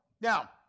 Now